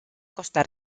costa